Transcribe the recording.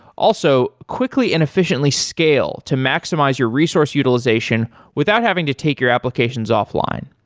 also, quickly and efficiently scale to maximize your resource utilization without having to take your applications offline.